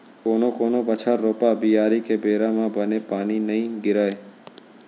कोनो कोनो बछर रोपा, बियारी के बेरा म बने पानी नइ गिरय